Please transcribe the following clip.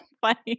funny